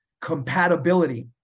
compatibility